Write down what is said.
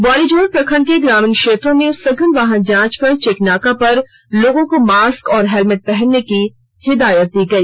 बोआरीजोर प्रखंड के ग्रामीण क्षेत्रों में सघन वाहन जांच कर चेक नाका पर लोगों को मास्क और हेलमेट पहनने की हिदायत दी गई